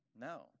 No